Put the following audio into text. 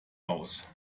aus